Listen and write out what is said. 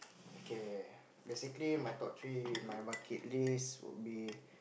okay basically my top three my bucket list would be